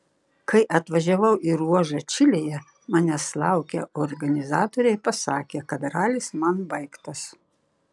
kai atvažiavau į ruožą čilėje manęs laukę organizatoriai pasakė kad ralis man baigtas